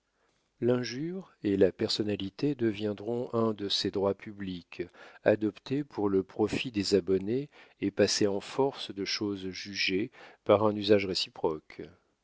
l'injure et la personnalité deviendront un de ses droits publics adopté pour le profit des abonnés et passé en force de chose jugée par un usage réciproque